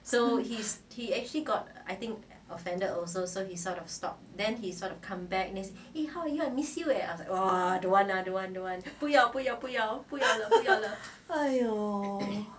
!aiyo!